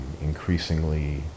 increasingly